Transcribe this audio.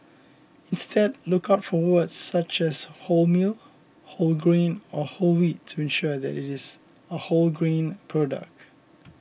instead look out for words such as wholemeal whole grain or whole wheat to ensure that is a whole grain product